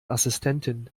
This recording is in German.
assistentin